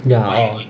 ya